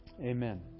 Amen